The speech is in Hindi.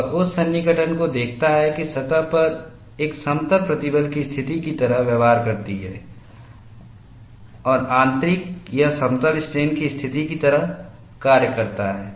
और उस सन्निकटन को देखता है कि सतह एक समतल प्रतिबल की स्थिति की तरह व्यवहार करती है और आंतरिक यह समतल स्ट्रेन की स्थिति की तरह कार्य करता है